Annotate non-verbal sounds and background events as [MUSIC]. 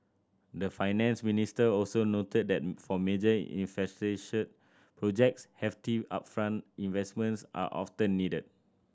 the Finance Minister also noted that for major [UNINTELLIGIBLE] projects hefty upfront investments are often needed